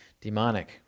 demonic